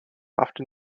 often